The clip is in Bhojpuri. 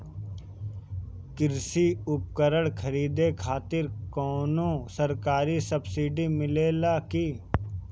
कृषी उपकरण खरीदे खातिर कउनो सरकारी सब्सीडी मिलेला की?